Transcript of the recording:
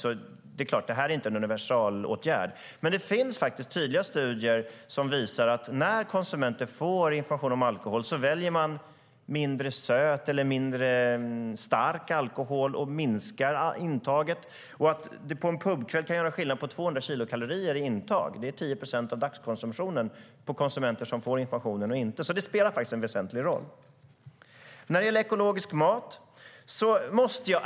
Märkning är ingen universalåtgärd, men det finns studier som tydligt visar att när konsumenter får information om alkohol väljer de mindre söt eller mindre stark alkohol och minskar intaget. Under en pubkväll kan det skilja 200 kilokalorier i intag, vilket är 10 procent av dagskonsumtionen, mellan de konsumenter som får information och de som inte får den. Det spelar alltså en väsentlig roll. Så till den ekologiska maten.